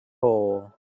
hole